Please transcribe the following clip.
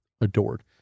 adored